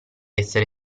essere